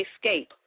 escape